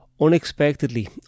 Unexpectedly